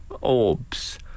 orbs